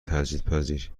تجدیدپذیر